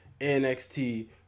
NXT